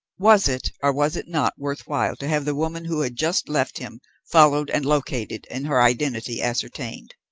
was it, or was it not, worth while to have the woman who had just left him followed and located, and her identity ascertained?